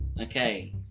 okay